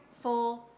four